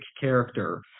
character